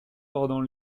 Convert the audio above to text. bordant